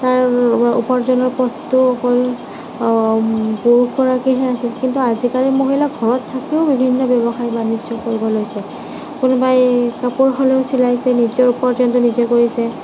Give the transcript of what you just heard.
প্ৰয়োজনীয় কামবোৰ পুৰুষসকলেহে কৰিছিৱ কিন্তু আজিকালি মহিলাই ঘৰত থাকিও বিভিন্ন ব্য়ৱসায় বানিজ্য় কৰিবলৈ লৈছে কোনোবাই কাপেৰ চিলাইছে নিজৰ উপাৰ্জন নিজে কৰিছে